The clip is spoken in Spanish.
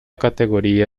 categoría